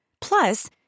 Plus